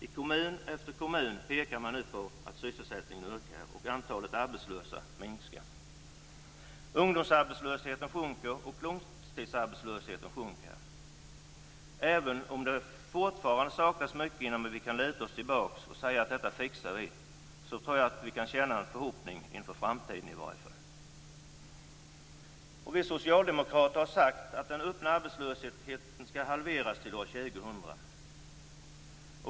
I kommun efter kommun pekar man nu nämligen på att sysselsättningen ökar och att antalet arbetslösa minskar. Ungdomsarbetslösheten minskar. Långtidsarbetslösheten minskar. Även om det fortfarande saknas mycket innan vi kan luta oss tillbaka och säga att vi fixar det här tror jag att vi kan känna en förhoppning inför framtiden. Vi socialdemokrater har sagt att den öppna arbetslösheten skall halveras till år 2000.